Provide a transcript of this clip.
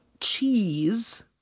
cheese